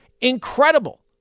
Incredible